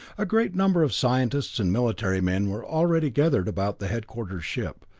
a great number of scientists and military men were already gathered about the headquarters ship.